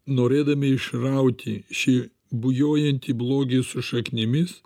norėdami išrauti šį bujojantį blogį su šaknimis